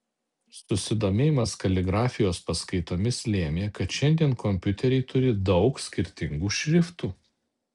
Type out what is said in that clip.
susidomėjimas kaligrafijos paskaitomis lėmė kad šiandien kompiuteriai turi daug skirtingų šriftų